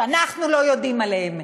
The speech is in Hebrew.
שאנחנו לא יודעים עליהם.